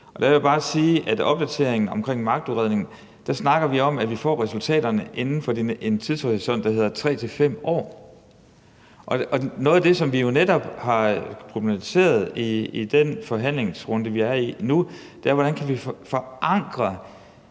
dag. Der vil jeg bare sige, at hvad angår opdateringen af magtudredningen, snakker vi om, at vi får resultaterne inden for en tidshorisont på 3-5 år. Og noget af det, som vi jo netop har problematiseret i den forhandlingsrunde, vi er i nu, er, hvordan vi kan få forankret